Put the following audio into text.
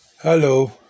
Hello